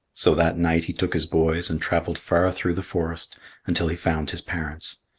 so that night he took his boys and travelled far through the forest until he found his parents.